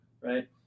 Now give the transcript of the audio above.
right